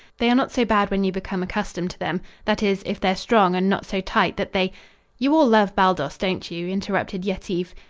they are not so bad when you become accustomed to them that is, if they're strong and not so tight that they you all love baldos, don't you? interrupted yetive.